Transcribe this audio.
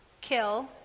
kill